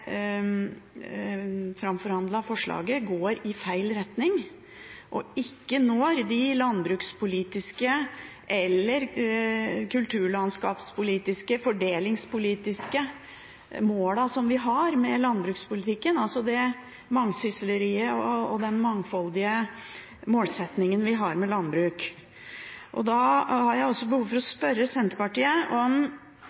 forslaget går i feil retning og vi ikke når de landbrukspolitiske, kulturlandskapspolitiske og fordelingspolitiske målene som vi har for landbrukspolitikken, altså mangesysleriet og den mangfoldige målsettingen vi har for landbruk. Da har jeg behov for å spørre Senterpartiet: